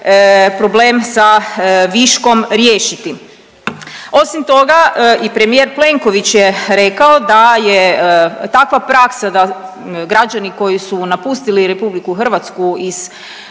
problem sa viškom riješiti. Osim toga i premijer Plenković je rekao da je takva praksa da građani koji su napustili RH iz ovakvog